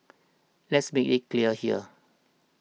let's make it clear here